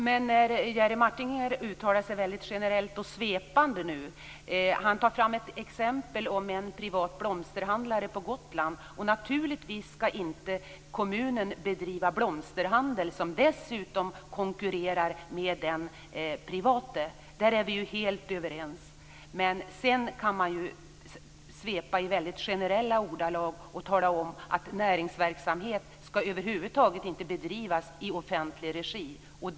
Fru talman! Jerry Martinger uttalar sig väldigt generellt och svepande. Han tar fram ett exempel om en blomsterhandlare på Gotland. Naturligtvis skall inte kommunen bedriva blomsterhandel som dessutom konkurrerar med den private. Där är vi helt överens. Men sedan kan man svepa i väldigt generella ordalag och tala om att näringsverksamhet över huvud taget inte skall bedrivas i offentlig regi.